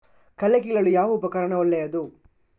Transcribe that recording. ಕಳೆ ಕೀಳಲು ಯಾವ ಉಪಕರಣ ಒಳ್ಳೆಯದು?